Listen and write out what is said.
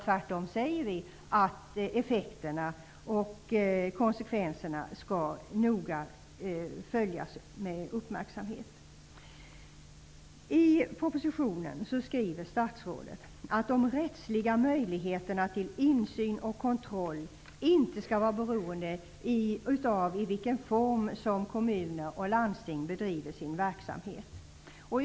Tvärtom säger vi att effekterna och konsekvenserna skall följas noga och med uppmärksamhet. I propositionen skriver statsrådet att de rättsliga möjligheterna till insyn och kontroll inte skall vara beroende av i vilken form kommuner och landsting bedriver sin verksamhet.